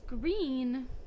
Green